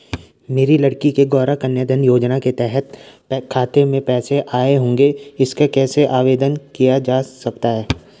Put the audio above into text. मेरी लड़की के गौंरा कन्याधन योजना के तहत खाते में पैसे आए होंगे इसका कैसे आवेदन किया जा सकता है?